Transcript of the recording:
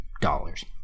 dollars